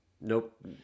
Nope